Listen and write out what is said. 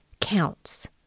counts